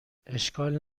اشکال